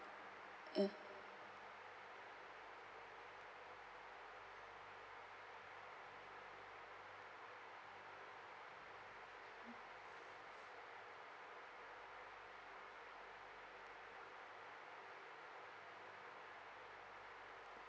ugh